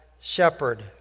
shepherd